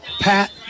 Pat